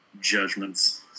judgments